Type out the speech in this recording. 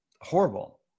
horrible